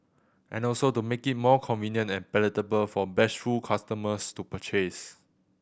and also to make it more convenient and palatable for bashful customers to purchase